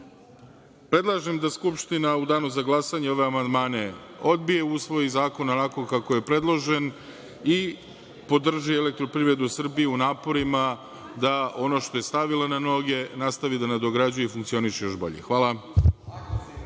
dugo. Predlažem da Skupština u danu za glasanje ove amandmane odbije, usvoji zakon onako kako je predložen i podrži EPS u naporima da ono što je stavila na noge nastavi da nadograđuje i funkcioniše još bolje. Hvala.